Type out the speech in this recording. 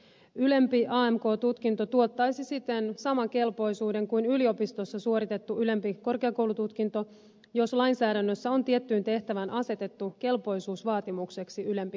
ylempi amk tutkinto tuottaisi siten saman kelpoisuuden kuin yliopistossa suoritettu ylempi korkeakoulututkinto jos lainsäädännössä on tiettyyn tehtävään asetettu kelpoisuusvaatimukseksi ylempi korkeakoulututkinto